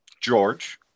george